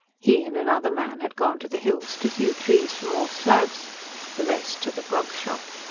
he and another man had gone to the hills, to hew trees for more slabs the rest to the grog-shop.